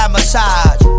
massage